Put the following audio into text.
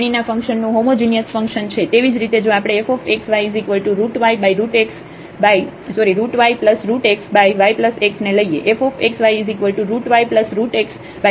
તેથી આ n શ્રેણીના ફંક્શન નું હોમોજિનિયસ ફંક્શન છે